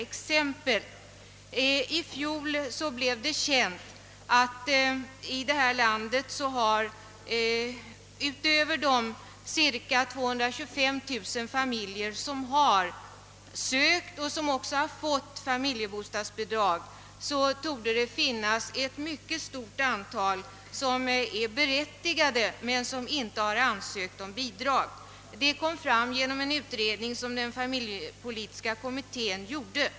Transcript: I fjol blev det känt att utöver de cirka 225000 familjer som har sökt och fått familjebostadsbidrag finns det här i landet också ett mycket stort antal, som är berättigat till sådant bidrag men inte har ansökt om det. Den saken kom fram genom en utredning som familjepolitiska kommittén gjorde.